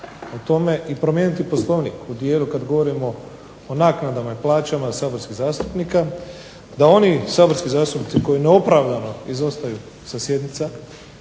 i promijeniti Poslovnik u dijelu kad govorimo o naknadama i plaćama saborskih zastupnika, da oni saborski zastupnici koji neopravdano izostaju sa sjednica